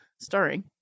starring